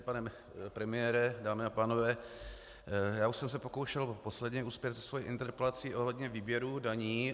Pane premiére, dámy a pánové, už jsem se pokoušel posledně uspět se svou interpelací ohledně výběru daní.